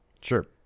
Sure